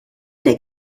der